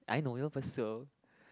I know you for sure